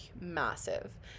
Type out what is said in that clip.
massive